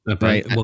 right